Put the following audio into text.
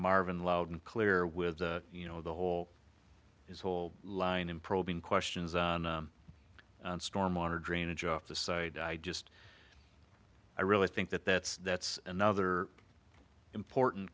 marvin loud and clear with you know the whole his whole line in probing questions stormwater drainage off the side i just i really think that that's that's another important